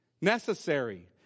Necessary